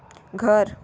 घर